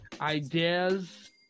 ideas